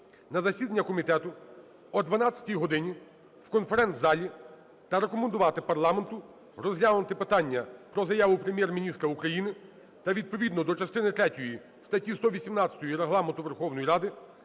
на засідання комітету о 12 годині у конференц-залі та рекомендувати парламенту розглянути питання про заяву Прем'єр-міністра України та відповідно до частини третьої 118 Регламенту Верховної Ради